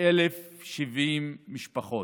כ-1,070 משפחות.